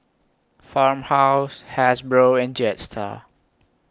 Farmhouse Hasbro and Jetstar